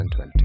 2020